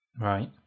Right